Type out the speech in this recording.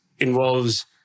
involves